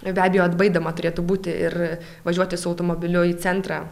be abejo atbaidoma turėtų būti ir važiuoti su automobiliu į centrą